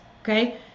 okay